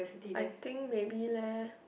I think maybe leh